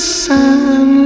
sun